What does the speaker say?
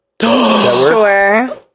Sure